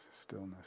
stillness